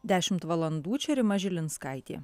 dešimt valandų čia rima žilinskaitė